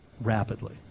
rapidly